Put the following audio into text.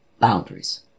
boundaries